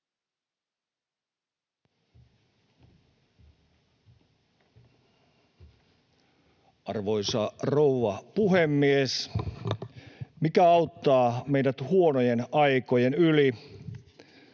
Arvoisa rouva puhemies! Mikä auttaa meidät huonojen aikojen yli?